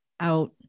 out